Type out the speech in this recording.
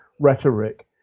rhetoric